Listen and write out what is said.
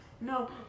No